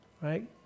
right